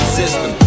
system